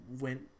went